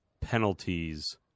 penalties